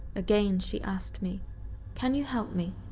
again she asked me can you help me?